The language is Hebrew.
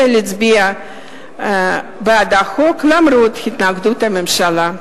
להצביע בעד החוק למרות התנגדות הממשלה.